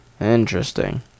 Interesting